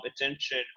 attention